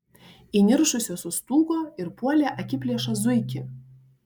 įniršusios sustūgo ir puolė akiplėšą zuikį